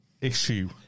issue